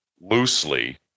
loosely